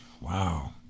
Wow